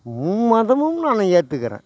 உம்மதமும் நான் ஏற்றுக்கிறேன்